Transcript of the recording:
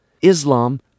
Islam